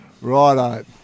Righto